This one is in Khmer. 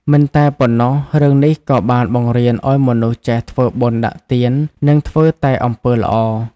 មិនតែប៉ុណ្ណោះរឿងនេះក៏បានបង្រៀនមនុស្សឲ្យចេះ ធ្វើបុណ្យដាក់ទាន និងធ្វើតែអំពើល្អ។